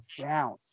down